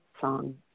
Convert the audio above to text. song